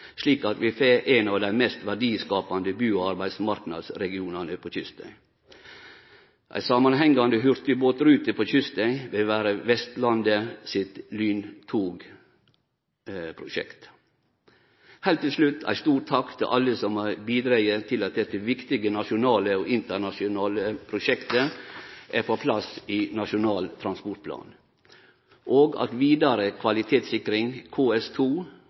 slik at vi får ein av dei mest verdiskapande bu- og arbeidsmarknadsregionane på kysten. Ei samanhengande hurtigbåtrute på kysten vil vere Vestlandet sitt lyntogprosjekt. Heilt til slutt: Ein stor takk til alle som har bidrege til at dette viktige nasjonale og internasjonale prosjektet er på plass i Nasjonal transportplan, og til at vidare kvalitetssikring